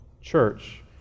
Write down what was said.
church